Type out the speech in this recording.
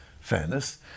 fairness